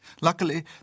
Luckily